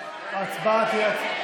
ההצבעה תהיה אלקטרונית.